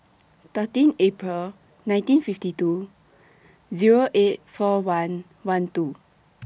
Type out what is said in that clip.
thirteen April nineteen fifty two Zero eight four one one two